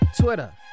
Twitter